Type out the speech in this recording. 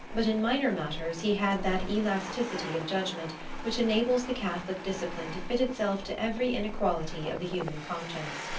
but in minor matters he had that elasticity of judgment which enables the catholic discipline to fit itself to every inequality of the human conscience.